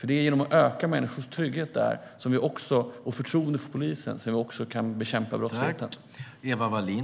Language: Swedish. Det är genom att öka människors trygghet och förtroende för polisen där som vi kan bekämpa brottsligheten.